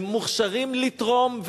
הם מוכשרים לתרום,